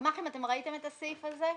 הגמח"ים, אתם ראיתם את הסעיף הזה?